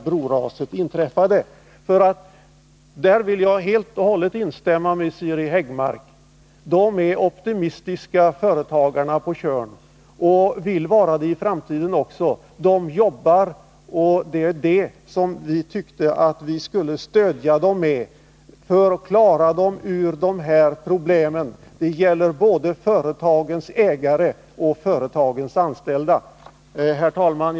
Där vill jag helt och hållet instämma med Siri Häggmark. Företagarna på Tjörn är optimistiska och vill vara det i framtiden också. De jobbar, och vi tyckte vi skulle stödja dem så att de skulle klara sig ur de här problemen. Det gäller både företagens ägare och företagens anställda. Herr talman!